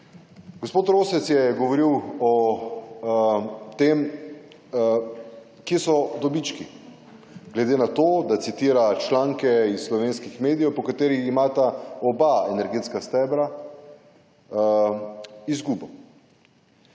Gospod Rosec je govoril o tem kje so dobički glede na to, da citira članke iz slovenskih medijev, po kateri imata oba energetska stebra izgubo.